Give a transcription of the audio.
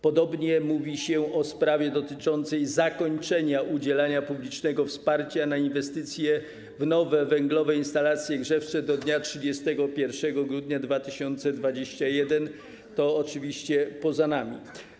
Podobnie mówi się o sprawie dotyczącej zakończenia udzielania publicznego wsparcia na inwestycje w nowe, węglowe instalacje grzewcze do dnia 31 grudnia 2021 r., to oczywiście poza nami.